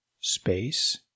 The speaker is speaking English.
space